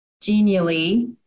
Genially